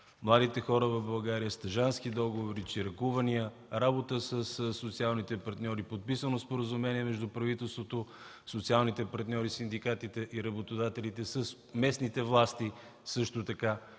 младите хора в България, стажантски договори, чиракувания, работа със социалните партньори, подписано споразумение между правителството, социалните партньори, синдикатите и работодателите с местните власти, също така